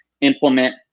implement